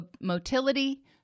motility